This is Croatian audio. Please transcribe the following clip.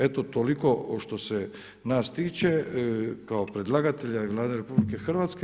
Eto, toliko što se nas tiče, kao predlagatelja i Vlade RH.